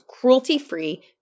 cruelty-free